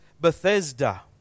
Bethesda